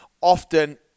often